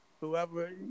Whoever